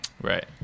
Right